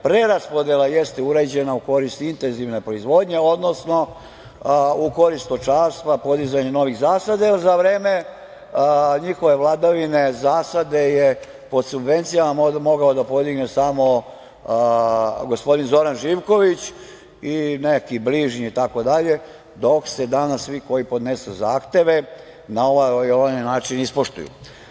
Preraspodela jeste urađena u korist intenzivne proizvodnje, odnosno u korist stočarstva, podizanja novih zasada, jer za vreme njihove vladavine zasade je pod subvencijama mogao da podigne samo gospodin Zoran Živković i neki bližnji itd, dok se danas svi koji podnesu zahteve na ovaj ili onaj način ispoštuju.